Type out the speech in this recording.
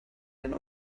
ihren